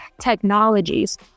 technologies